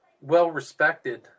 well-respected